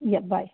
या बाय